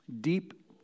deep